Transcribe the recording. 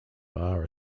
bar